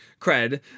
cred